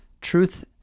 Truth